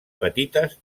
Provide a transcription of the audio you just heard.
petites